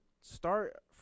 start